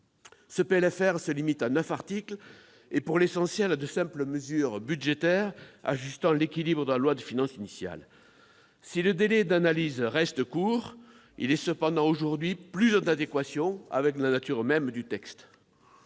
se limite à neuf articles et, pour l'essentiel, à de simples mesures budgétaires ajustant l'équilibre de la loi de finances initiale. Si le délai d'analyse reste court, ... C'est vrai. ... il est cependant aujourd'hui plus conforme à la nature même du texte.